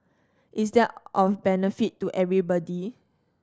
is that of benefit to everybody